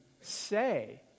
say